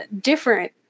different